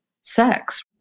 sex